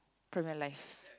from your life